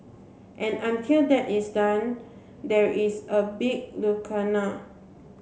and until that is done there is a big lacuna